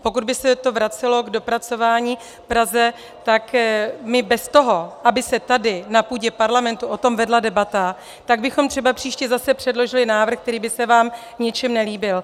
Pokud by se to vracelo k dopracování Praze, tak my bez toho, aby se tady na půdě Parlamentu o tom vedla debata, tak bychom třeba příště zase předložili návrh, který by se vám v něčem nelíbil.